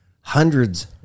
hundreds